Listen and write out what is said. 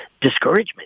discouragement